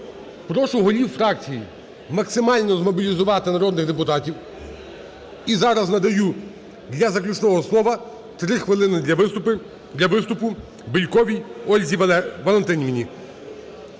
прошу голів фракцій максимально змобілізувати народних депутатів. І зараз надаю для заключного слова три хвилини для виступу Бєльковій Ользі Валентинівні.